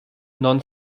non